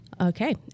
okay